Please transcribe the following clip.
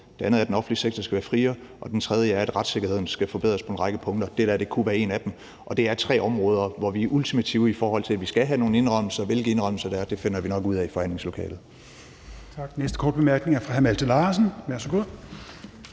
Det andet er, at den offentlige sektor skal være friere. Og det tredje er, at retssikkerheden skal forbedres på en række punkter; det der kunne være et af dem. Og det er tre områder, hvor vi er ultimative, i forhold til at vi skal have nogle indrømmelser. Hvilke indrømmelser det er, finder vi nok ud af i forhandlingslokalet.